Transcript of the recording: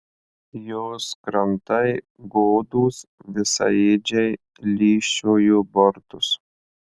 jos krantai godūs visaėdžiai lyžčiojo bortus